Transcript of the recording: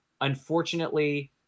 Unfortunately